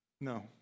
No